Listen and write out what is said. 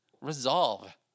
resolve